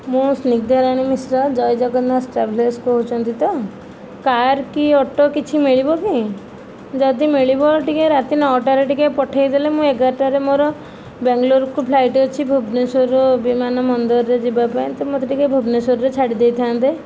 ମୁଁ ସ୍ନିଗ୍ଧାରାଣୀ ମିଶ୍ର ଜୟ ଜଗନ୍ନାଥ ଟ୍ରାଭେଲର୍ସ କହୁଛନ୍ତି ତ କାର କି ଅଟୋ କିଛି ମିଳିବକି ଯଦି ମିଳିବ ଟିକିଏ ତାରି ନଅଟାରେ ପଠେଇଦେଲେ ମୁଁ ଏଗାରଟାରେ ମୋର ବାଙ୍ଗଲୋରକୁ ଫ୍ଲାଇଟ ଅଛି ଭୁବନେଶ୍ୱର ବିମାନ ବନ୍ଦରରେ ଯିବା ପାଇଁ ତ ମୋତେ ଟିକିଏ ଭୁବନେଶ୍ୱରରେ ଛାଡ଼ିଦେଇଥାନ୍ତେ